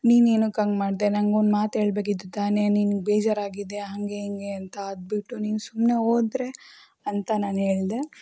ನೀನೇನಕ್ಕೆ ಹಂಗ್ ಮಾಡಿದೆ ನಂಗೆ ಒಂದು ಮಾತು ಹೇಳ್ಬೇಕಿತ್ತು ತಾನೇ ನಿಂಗೆ ಬೇಜಾರಾಗಿದೆಯಾ ಹಂಗೆ ಹಿಂಗೆ ಅಂತ ಅದು ಬಿಟ್ಟು ನೀನು ಸುಮ್ಮನೆ ಹೋದ್ರೆ ಅಂತ ನಾನೇಳ್ದೆ